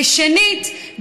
ושנית,